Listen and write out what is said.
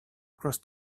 cross